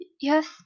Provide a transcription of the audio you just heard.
Yes